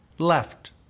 left